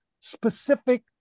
specific